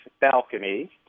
balcony